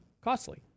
costly